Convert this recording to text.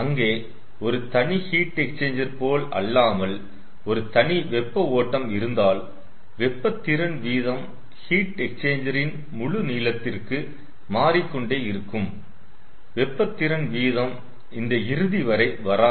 அங்கே ஒரு தனி ஹீட் எக்ஸ்சேஞ்சர் போல் அல்லாமல் ஒரு தனி வெப்ப ஓட்டம் இருந்தால் வெப்ப திறன் வீதம் ஹீட் எக்ஸ்சேஞ்சரின் முழு நீளத்திற்கு மாறிக்கொண்டே இருக்கும் வெப்ப திறன் வீதம் இந்த இறுதிவரை வராது